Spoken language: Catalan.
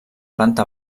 planta